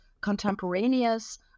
contemporaneous